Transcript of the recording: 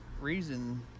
reason